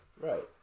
Right